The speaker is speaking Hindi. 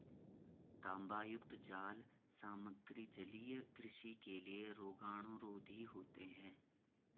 तांबायुक्त जाल सामग्री जलीय कृषि के लिए रोगाणुरोधी होते हैं